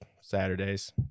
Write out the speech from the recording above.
Saturdays